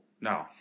No